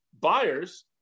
buyers